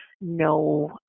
no